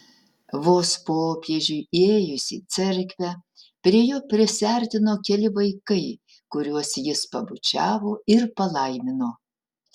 vos popiežiui įėjus į cerkvę prie jo prisiartino keli vaikai kuriuos jis pabučiavo ir palaimino